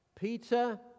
Peter